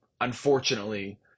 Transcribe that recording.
unfortunately